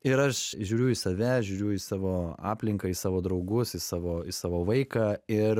ir aš žiūriu į save žiūriu į savo aplinką į savo draugus į savo į savo vaiką ir